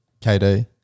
KD